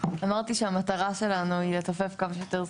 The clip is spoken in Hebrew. אמרתי שהמטרה שלנו היא לצופף כמה שיותר זכויות.